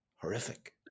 horrific